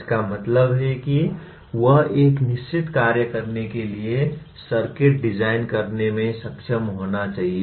इसका मतलब है कि वह एक निश्चित कार्य करने के लिए एक सर्किट डिजाइन करने में सक्षम होना चाहिए